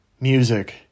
Music